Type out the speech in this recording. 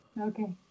Okay